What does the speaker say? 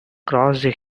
crossed